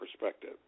perspective